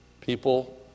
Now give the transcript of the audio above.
people